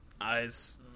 eyes